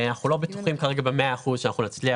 נראה לי שמה שמפריע לחברי הכנסת פה זה הכיוון שבו אנחנו ניקח